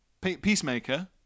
Peacemaker